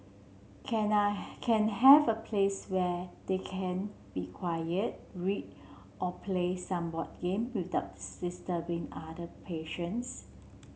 can I can have a place where they can be quiet read or play some board game without disturbing other patients